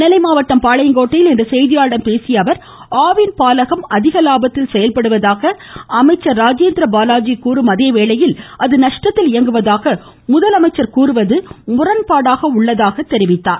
நெல்லை மாவட்டம் பாளையங்கோட்டையில் இன்று செய்தியாளர்களிடம் பேசிய அவர் ஆவின் பாலகம் அதிக லாபத்தில் செயல்படுவதாக அமைச்சர் ராஜேந்திரபாலாஜி கூரும் அதேவேளையில் அது நஷ்டத்தில் இயங்குவதாக முதலமைச்சர் கூறுவது முரண்பாடாக உள்ளது என்று குறிப்பிட்டார்